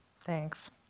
Thanks